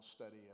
study